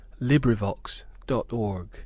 LibriVox.org